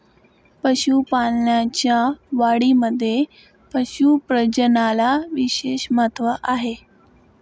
पशुपालनाच्या वाढीमध्ये पशु प्रजननाला विशेष महत्त्व आहे